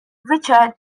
richard